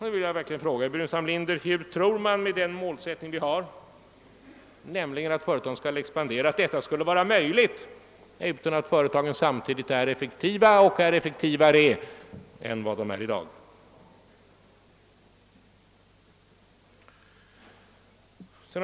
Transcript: Jag vill verkligen fråga herr Burenstam Linder hur man tror att det skall va ra möjligt att förverkliga den målsättning vi har, nämligen att företagen skall expandera, utan att dessa samtidigt är effektiva och effektivare än i dag.